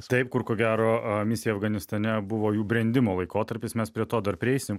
taip kur ko gero misija afganistane buvo jų brendimo laikotarpis mes prie to dar prieisim